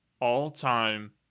all-time